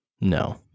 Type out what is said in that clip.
No